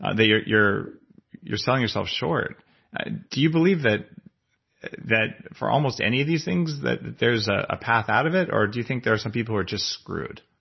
and you're you're selling yourself short do you believe that that for almost any of these things that there's a ah path out of it, or do you think there are some people who are just screwed?